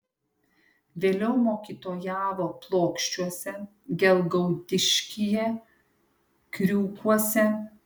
vėliau mokytojavo plokščiuose gelgaudiškyje kriūkuose